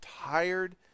tired